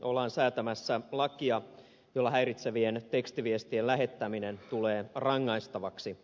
ollaan säätämässä lakia jolla häiritsevien tekstiviestien lähettäminen tulee rangaistavaksi